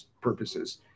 purposes